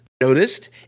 noticed